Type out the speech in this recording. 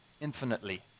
infinitely